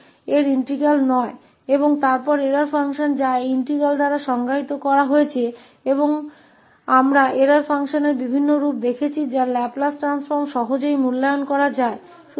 और फिर error function जिसे इस इंटीग्रल द्वारा परिभाषित किया गया है और हमने एरर फंक्शन के विभिन्न रूप देखे हैं जिनके लैपलेस ट्रांसफॉर्म का आसानी से मूल्यांकन किया जा सकता है